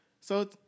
So-